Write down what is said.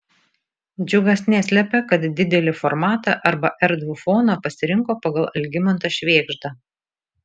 džiugas neslepia kad didelį formatą arba erdvų foną pasirinko pagal algimantą švėgždą